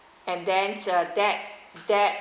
and then uh that that